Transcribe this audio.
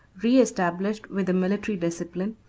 reestablished, with the military discipline,